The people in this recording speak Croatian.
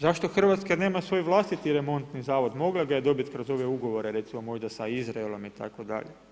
Zašto Hrvatska nema svoj vlastiti remontni zavod, mogla ga je dobiti kroz ove ugovore recimo možda sa Izraelom itd.